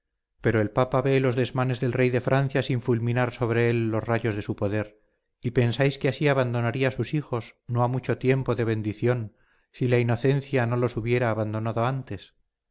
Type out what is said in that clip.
pero el papa ve los desmanes del rey de francia sin fulminar sobre él los rayos de su poder y pensáis que así abandonaría sus hijos no ha mucho tiempo de bendición si la inocencia no los hubiera abandonado antes